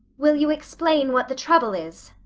will you explain what the trouble is?